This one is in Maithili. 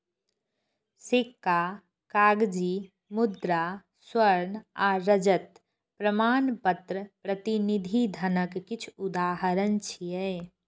सिक्का, कागजी मुद्रा, स्वर्ण आ रजत प्रमाणपत्र प्रतिनिधि धनक किछु उदाहरण छियै